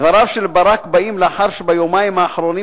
דבריו של ברק באים לאחר שביומיים האחרונים